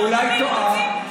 או אולי טועה.